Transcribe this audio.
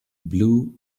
blue